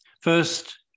First